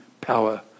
power